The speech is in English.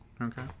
okay